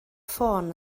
ffôn